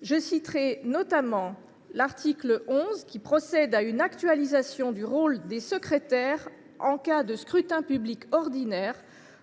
Je citerai notamment l’article 11, qui procède à une actualisation du rôle des secrétaires en cas de scrutin public ordinaire,